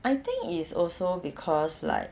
I think it's also because like